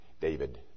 David